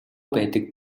байдаг